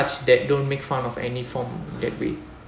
touch that don't make fun of any form that way